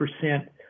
percent